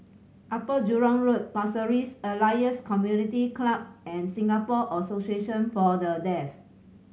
Upper Jurong Road Pasir Ris Elias Community Club and Singapore Association For The Deaf